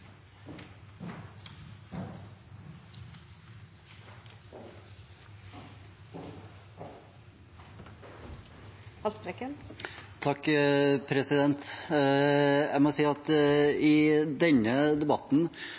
Jeg må si at i denne debatten